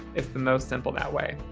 it's the most simple that way.